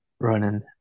running